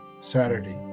saturday